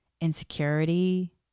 insecurity